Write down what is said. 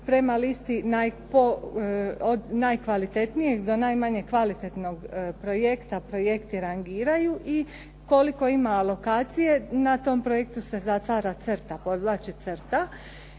prema listi od najkvalitetnijeg do najmanje kvalitetnog projekta projekti rangiraju i koliko ima alokacije na tom projektu se zatvara crta, podvlači crta